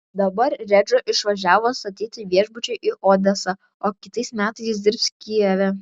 dabar redžo išvažiavo statyti viešbučio į odesą o kitais metais dirbs kijeve